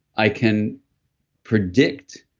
i can predict